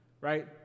right